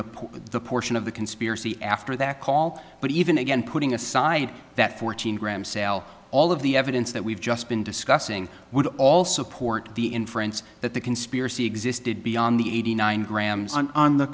pool the portion of the conspiracy after that call but even again putting aside that fourteen gram sale all of the evidence that we've just been discussing would also port the inference that the conspiracy existed beyond the eighty nine grams and on the